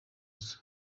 zayo